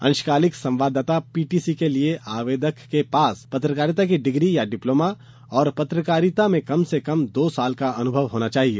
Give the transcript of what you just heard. अंशकालिक संवाददाता पीटीसी के लिए आवेदक के पास पत्रकारिता की डिग्री या डिप्लोमा और पत्रकारिता में कम से कम दो वर्ष का अनुभव होना चाहिए